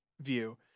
view